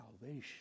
salvation